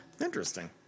interesting